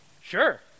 sure